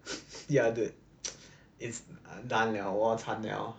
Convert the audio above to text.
ya dude is done 了 !wah! 惨了